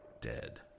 dead